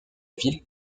ville